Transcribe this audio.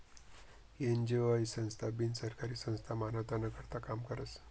NGO हाई बिनसरकारी संस्था मानवताना करता काम करस